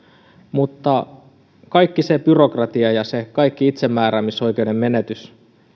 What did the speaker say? mutta kaikki se byrokratia ja kaikki se itsemääräämisoikeuden menetys